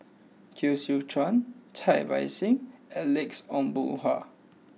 Koh Seow Chuan Cai Bixia and Alex Ong Boon Hau